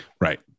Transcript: Right